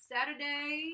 Saturday